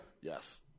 Yes